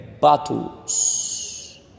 battles